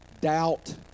Doubt